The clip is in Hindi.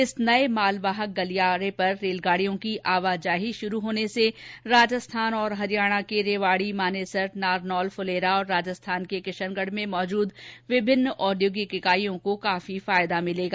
इस नए मालवाहक गलियारे पर रेलगाडियों की आवाजाही शुरू हो जाने से राजस्थान और हरियाणा के रेवाडी मानेसर नारनौल फूलेरा और राजस्थान के किशनगढ़ में मौजूद विभिन्न औद्योगिक इकाइयों को काफी फायदा होगा